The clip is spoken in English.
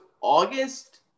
august